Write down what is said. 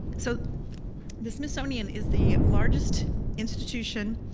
so the smithsonian is the largest institution,